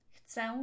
Chcę